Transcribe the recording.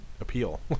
appeal